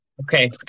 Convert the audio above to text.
Okay